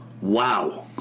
Wow